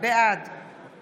בעד